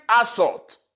assault